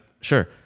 Sure